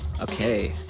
okay